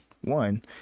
one